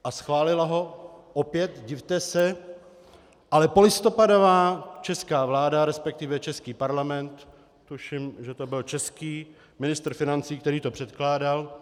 A schválila ho opět divte se polistopadová česká vláda resp. český parlament, tuším, že to byl český ministr financí, který to předkládal.